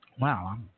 Wow